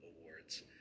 awards